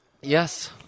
Yes